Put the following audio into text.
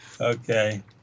Okay